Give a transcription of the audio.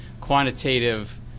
quantitative